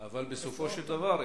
ובסופו של דבר,